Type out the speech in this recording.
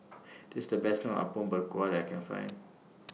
This The Best Apom Berkuah I Can Find